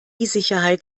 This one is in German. sicherheit